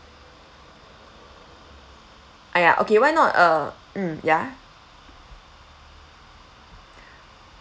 ah ya okay why not uh mm ya